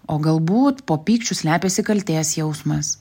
o galbūt po pykčiu slepiasi kaltės jausmas